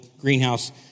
greenhouse